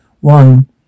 one